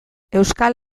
euskal